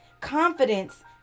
Confidence